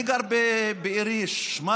אני גר בעיר ששמה